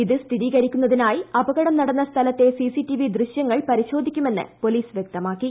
ഇത് സ്ഥിരീകരിക്കുന്നതിനായി അപകടം നടന്ന സ്ഥലത്തെ സിസിടിവി ദൃശ്യങ്ങൾ പരിശോധിക്കുമെന്ന് പൊലീസ് വ്യക്തമാക്കി